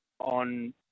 on